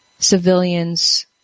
civilians